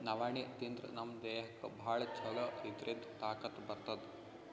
ನವಣಿ ತಿಂದ್ರ್ ನಮ್ ದೇಹಕ್ಕ್ ಭಾಳ್ ಛಲೋ ಇದ್ರಿಂದ್ ತಾಕತ್ ಬರ್ತದ್